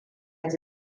ji